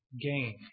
gain